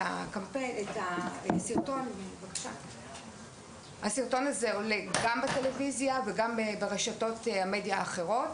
הסרטון עולה גם בטלוויזיה וגם ברשתות המדיה האחרות.